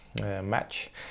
Match